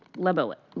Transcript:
lebovitz.